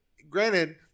Granted